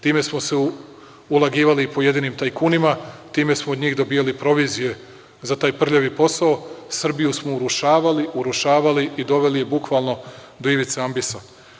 Time smo se ulagivali pojedinim tajkunima, time smo od njih dobijali provizije za taj prljavi posao, Srbiju smo urušavali, urušavali i doveli je bukvalno do ivice ambisa.